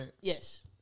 Yes